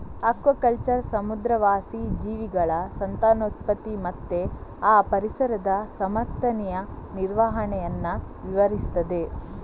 aquaculture ಸಮುದ್ರವಾಸಿ ಜೀವಿಗಳ ಸಂತಾನೋತ್ಪತ್ತಿ ಮತ್ತೆ ಆ ಪರಿಸರದ ಸಮರ್ಥನೀಯ ನಿರ್ವಹಣೆಯನ್ನ ವಿವರಿಸ್ತದೆ